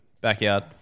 backyard